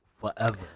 Forever